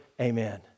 Amen